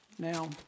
Now